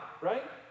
right